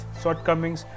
shortcomings